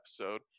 episode